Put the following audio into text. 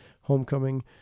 Homecoming